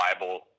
Bible